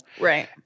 Right